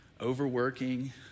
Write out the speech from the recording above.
overworking